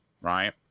right